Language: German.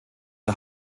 der